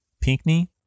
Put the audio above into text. Pinckney